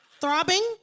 throbbing